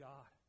God